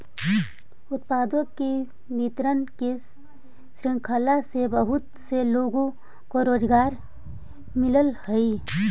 उत्पादों के वितरण की श्रृंखला से बहुत से लोगों को रोजगार मिलअ हई